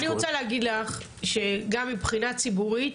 אני רוצה להגיד לך שגם מבחינה ציבורית